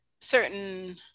certain